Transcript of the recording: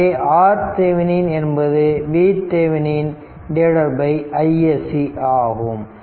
எனவே RThevenin என்பது VThevenin isc ஆகும்